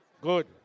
Good